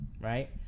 right